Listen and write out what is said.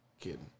Kidding